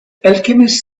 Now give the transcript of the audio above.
alchemists